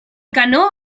canó